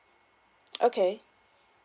okay